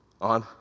on